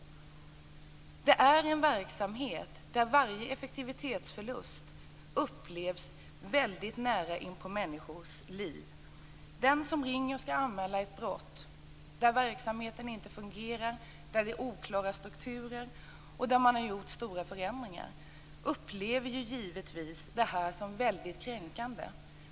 Det här är en verksamhet där varje effektivitetsförlust upplevs väldigt nära inpå människors liv. Den som ringer och skall anmäla ett brott där verksamheten inte fungerar, där det är oklara strukturer och där man har gjort stora förändringar, upplever givetvis det här som väldigt kränkande.